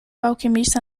alquimista